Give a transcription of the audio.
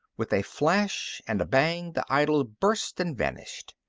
with a flash and a bang, the idol burst and vanished.